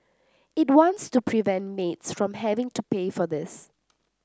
it wants to prevent maids from having to pay for this